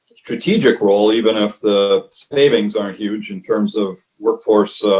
strategic role, even if the savings aren't huge in terms of workforce